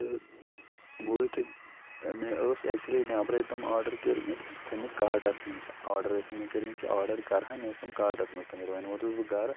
تہٕ بہٕ وۄنۍ تُہۍ مےٚ ٲسۍ ایٚکچُؤلی نٮ۪برَے تِم آرڈَر کٔرۍمٕتۍ تھٲیمٕتۍ کاٹَس منٛز آرڈَر ٲسۍ مےٚ کٔرۍمٕتۍ کہِ آرڈَر کَرہا مےٚ ٲسۍ تِم کاٹَس منٛز تھٲیمٕتۍ وَنہِ ووتُس بہٕ گَرٕ